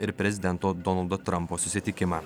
ir prezidento donaldo trampo susitikimą